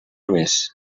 més